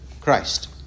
Christ